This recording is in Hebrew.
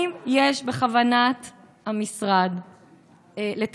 אני שואלת: האם יש בכוונת המשרד לתקצב